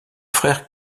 frère